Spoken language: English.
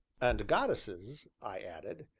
and goddesses, i added,